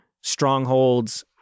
strongholds